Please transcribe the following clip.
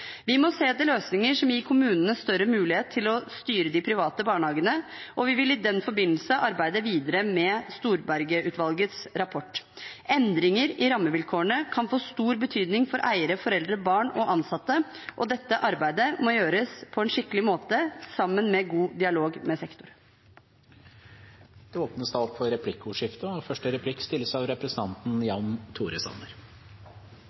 Vi må se etter løsninger som gir kommunene større mulighet til å styre de private barnehagene, og vi vil i den forbindelse arbeide videre med Storberget-utvalgets rapport. Endringer i rammevilkårene kan få stor betydning for eiere, foreldre, barn og ansatte, og dette arbeidet må gjøres på en skikkelig måte, i god dialog med